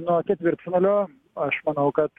nuo ketvirtfinalio aš manau kad